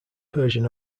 persian